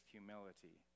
humility